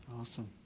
Awesome